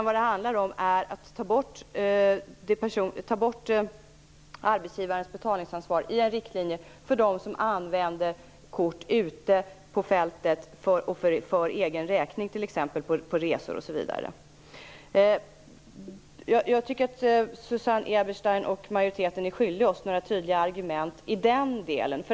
Vad det handlar om är att ta bort arbetsgivarens betalningsansvar i en riktlinje för dem som använder kort ute på fältet för egen räkning, t.ex. på resor osv. Jag tycker att Susanne Eberstein och majoriteten är skyldig oss några tydliga argument i den delen.